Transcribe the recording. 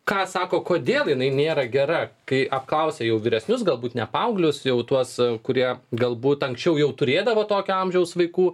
ką sako kodėl jinai nėra gera kai apklausė jau vyresnius galbūt ne paauglius jau tuos kurie galbūt anksčiau jau turėdavo tokio amžiaus vaikų